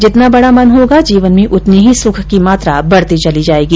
जितना बड़ा मन होगा जीवन में उतनी ही सुख की मात्रा बढ़ती चली जाएगी